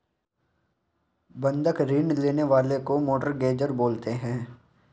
बंधक ऋण लेने वाले को मोर्टगेजेर बोलते हैं